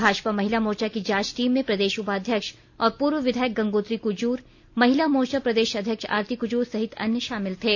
भाजपा महिला मोर्चा की जांच टीम में प्रदेश उपाध्यक्ष और पूर्व विधायक गंगोत्री कुजूर महिला मोर्चा प्रदेश अध्यक्ष आरती कुजूर सहित अन्य शामिल थे